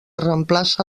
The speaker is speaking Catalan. reemplaça